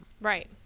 Right